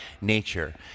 nature